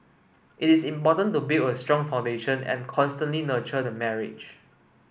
it is important to build a strong foundation and constantly nurture the marriage